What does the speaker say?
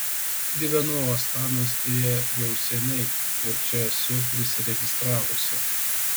gyvenu uostamiestyje jau seniai ir čia esu prisiregistravusi